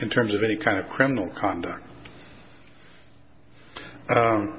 in terms of any kind of criminal conduct